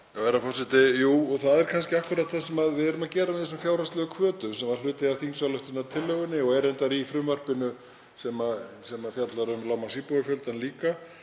Jú, það er kannski akkúrat það sem við erum að gera með þessum fjárhagslegu hvötum sem voru hluti af þingsályktunartillögunni og eru reyndar í frumvarpinu sem fjallar um lágmarksíbúafjölda líka,